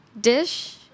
dish